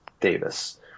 Davis